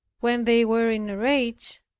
when they were in a rage,